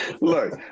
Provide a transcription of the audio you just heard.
Look